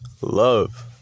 Love